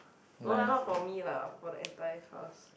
no lah not for me lah for the entire cars